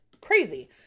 crazy